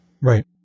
Right